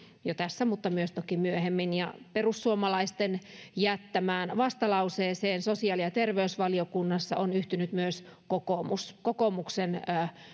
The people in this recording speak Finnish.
jo tässä mutta toki myös myöhemmin perussuomalaisten jättämään vastalauseeseen sosiaali ja terveysvaliokunnassa on yhtynyt myös kokoomus kokoomuksen